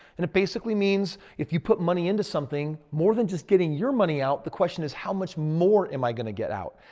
and it basically means if you put money into something, more than just getting your money out, the question is how much more am i going to get out?